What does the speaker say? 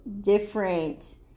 different